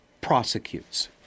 prosecutes